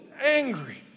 angry